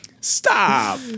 Stop